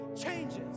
changes